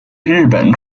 日本